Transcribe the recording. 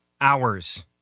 hours